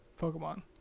Pokemon